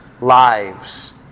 lives